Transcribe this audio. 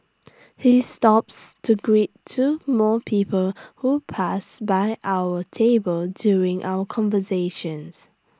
he stops to greet two more people who pass by our table during our conversations